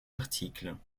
articles